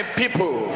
people